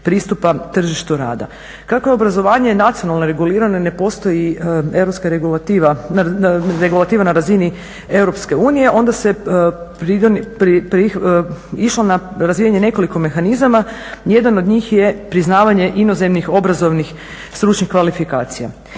pristupa tržištu rada. Kako je obrazovanje nacionalno regulirano i ne postoji europska regulativa, regulativa na razini EU, onda se išlo na razvijanje nekoliko mehanizama, jedan od njih je priznavanje inozemnih obrazovnih stručnih kvalifikacija.